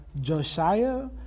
Josiah